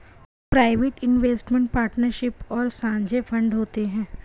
private investment partnership और साझे fund होते हैं